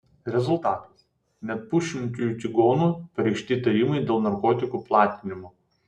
rezultatas net pusšimčiui čigonų pareikšti įtarimai dėl narkotikų platinimo